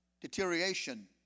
deterioration